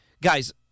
guys